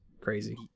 crazy